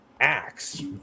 axe